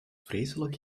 vreselijk